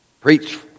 Preach